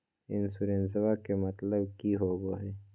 इंसोरेंसेबा के मतलब की होवे है?